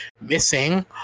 Missing